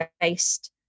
based